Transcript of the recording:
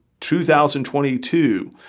2022